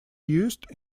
used